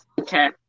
okay